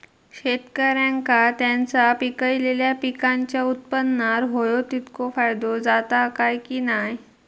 शेतकऱ्यांका त्यांचा पिकयलेल्या पीकांच्या उत्पन्नार होयो तितको फायदो जाता काय की नाय?